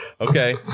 Okay